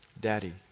Daddy